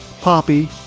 poppy